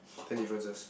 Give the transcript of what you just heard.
ten differences